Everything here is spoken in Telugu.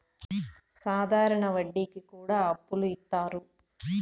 సాధారణ వడ్డీ కి కూడా అప్పులు ఇత్తారు